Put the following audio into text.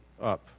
up